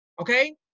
Okay